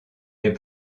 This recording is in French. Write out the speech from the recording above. les